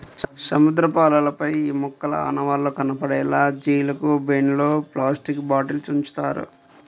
సముద్రపు అలలపై ఈ మొక్కల ఆనవాళ్లు కనపడేలా జీలుగు బెండ్లు, ప్లాస్టిక్ బాటిల్స్ ఉంచుతారు